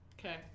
Okay